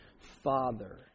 Father